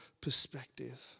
perspective